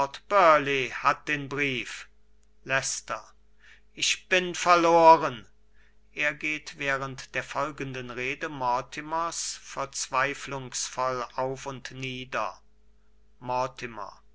hat den brief leicester ich bin verloren er geht während der folgenden rede mortimers verzweiflungsvoll auf und nieder